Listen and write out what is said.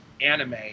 anime